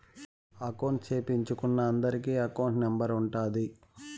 account సేపిచ్చుకున్నా అందరికి account number ఉంటాది